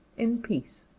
in peace.